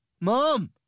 Mom